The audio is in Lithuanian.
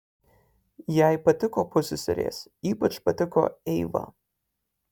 jai patiko pusseserės ypač patiko eiva